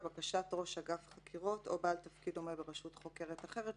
לבקשת ראש אגף חקירות או בעל תפקיד דומה ברשות חוקרת אחרת.